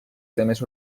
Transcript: temes